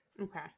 Okay